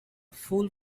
full